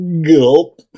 Gulp